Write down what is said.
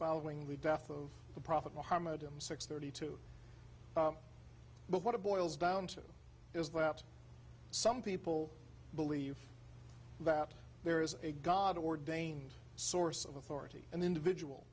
following the death of the prophet muhammad m six thirty two but what it boils down to is that some people believe that there is a god ordained source of authority an individual